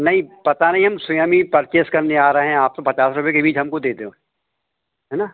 नहीं पता नहीं हम स्वयं ही पर्चेज़ करने आ रहे हैं आपसे पचास रुपये के बीज हमको दे दो है ना